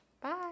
Bye